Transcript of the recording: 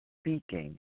speaking